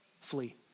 Flee